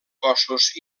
cossos